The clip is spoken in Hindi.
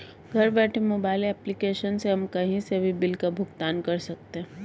घर बैठे मोबाइल एप्लीकेशन से हम कही से भी बिल का भुगतान कर सकते है